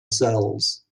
cells